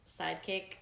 sidekick